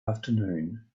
afternoon